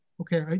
Okay